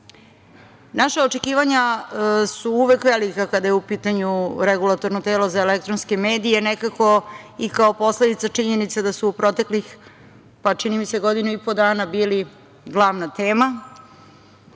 očekivanja su uvek velika kada je u pitanju Regulatorno tele za elektronske medije, nekako i kao posledica činjenica da su u proteklih, pa čini mi se godinu i po dana bili glavna tema.